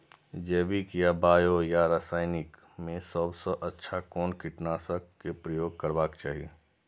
जैविक या बायो या रासायनिक में सबसँ अच्छा कोन कीटनाशक क प्रयोग करबाक चाही?